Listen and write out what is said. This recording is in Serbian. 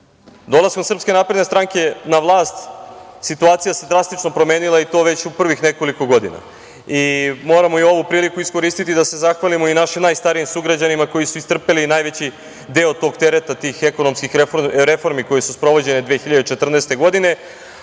Srpske napredne stranke na vlast situacija se drastično promenila, i to već u prvih nekoliko godina. Moramo i ovu priliku iskoristiti da se zahvalimo i našim najstarijim sugrađanima koji su istrpeli najveći deo tog tereta, tih ekonomskih reformi koje su sprovođenje 2014. godine,